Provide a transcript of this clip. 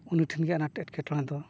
ᱩᱱᱤ ᱴᱷᱮᱱ ᱜᱮ ᱟᱱᱟᱴ ᱮᱸᱴᱠᱮᱴᱚᱲᱮ ᱫᱚ